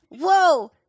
Whoa